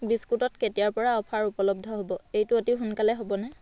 বিস্কুটত কেতিয়াৰ পৰা অ'ফাৰ উপলব্ধ হ'ব এইটো অতি সোনকালেই হ'বনে